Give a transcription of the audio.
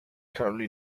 currently